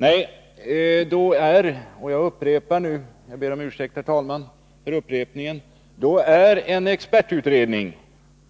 Nej, då är — jag ber, herr talman, om ursäkt för upprepningen — en expertutredning